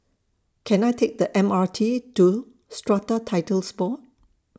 Can I Take The M R T to Strata Titles Board